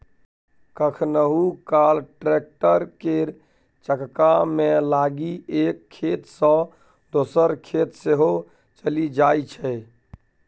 कखनहुँ काल टैक्टर केर चक्कामे लागि एक खेत सँ दोसर खेत सेहो चलि जाइ छै